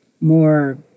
more